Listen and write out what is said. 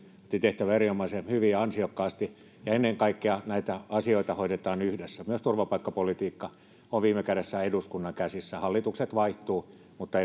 tehtävän erinomaisen hyvin ja ansiokkaasti ja ennen kaikkea näitä asioita hoidetaan yhdessä myös turvapaikkapolitiikka on viime kädessä eduskunnan käsissä hallitukset vaihtuvat mutta